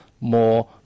more